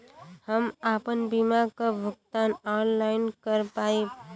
हम आपन बीमा क भुगतान ऑनलाइन कर पाईब?